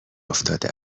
افتاده